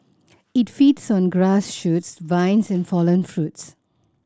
it feeds on grass shoots vines and fallen fruits